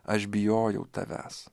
aš bijojau tavęs